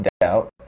doubt